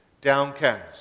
downcast